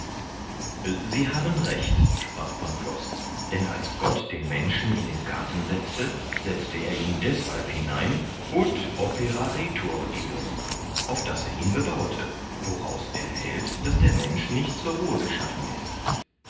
sie haben recht sprach pangloß denn als gott den menschen in den garten setze setze er ihn deßhalb hinein ut operaretur eum auf daß er ihn bebaute woraus erhellt daß der mensch nicht zur ruhe geschaffen ist